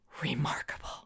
remarkable